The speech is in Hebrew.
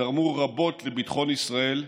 תרמו רבות לביטחון ישראל,